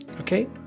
okay